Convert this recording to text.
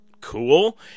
Cool